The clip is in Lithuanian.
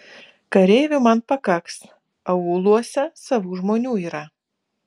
kareivių man pakaks aūluose savų žmonių yra